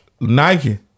Nike